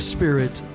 Spirit